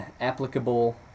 applicable